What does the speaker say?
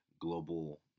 Global